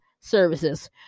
services